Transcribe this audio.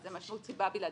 אז הם מצאו סיבה בלעדיה.